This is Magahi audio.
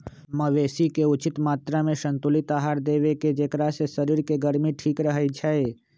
मवेशी के उचित मत्रामें संतुलित आहार देबेकेँ जेकरा से शरीर के गर्मी ठीक रहै छइ